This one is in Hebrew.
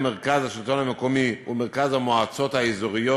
מרכז השלטון המקומי ומרכז המועצות האזוריות,